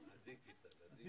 ושניהם ילידי מרוקו.